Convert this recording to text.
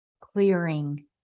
Clearing